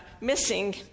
missing